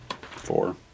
Four